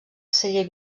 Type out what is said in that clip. celler